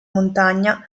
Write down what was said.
montagna